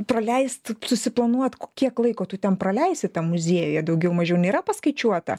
praleist susiplanuot kiek laiko tu ten praleisi tam muziejuje daugiau mažiau nėra paskaičiuota